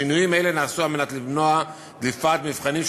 שינויים אלה נעשו על מנת למנוע דליפת מבחנים,